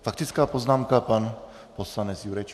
Faktická poznámka, pan poslanec Jurečka.